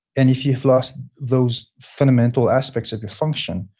and if you've lost those fundamental aspects of your function,